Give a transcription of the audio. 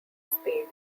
speed